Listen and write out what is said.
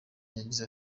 yagize